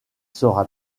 sera